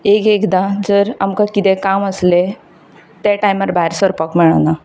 एक एकदां जर आमकां कितें काम आसलें ते टायमार भायर सरपाक मेळना